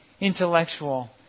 intellectual